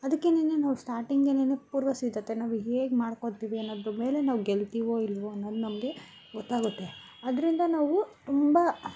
ಅದಕ್ಕೆನೆ ನಾವು ಸ್ಟಾರ್ಟಿಂಗೆನೆ ಪೂರ್ವ ಸಿದ್ಧತೆ ನಾವು ಹೇಗೆ ಮಾಡ್ಕೊತೀವಿ ಅನ್ನೋದ್ರ ಮೇಲೆ ನಾವು ಗೆಲ್ತಿವೋ ಇಲ್ಲವೋ ಅನ್ನೋದು ನಮಗೆ ಗೊತ್ತಾಗುತ್ತೆ ಅದರಿಂದ ನಾವು ತುಂಬ